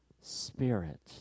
Spirit